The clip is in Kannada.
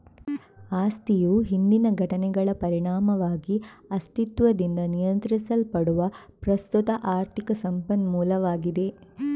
ಆಸ್ತಿಯು ಹಿಂದಿನ ಘಟನೆಗಳ ಪರಿಣಾಮವಾಗಿ ಅಸ್ತಿತ್ವದಿಂದ ನಿಯಂತ್ರಿಸಲ್ಪಡುವ ಪ್ರಸ್ತುತ ಆರ್ಥಿಕ ಸಂಪನ್ಮೂಲವಾಗಿದೆ